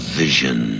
vision